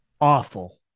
awful